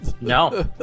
No